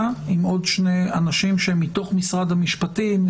עם עוד שני אנשים שהם מתוך משרד המשפטים?